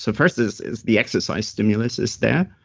so first is is the exercise stimulus is there.